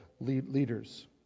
leaders